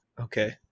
Okay